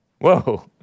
Whoa